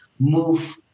move